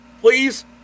Please